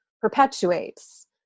perpetuates